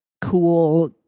cool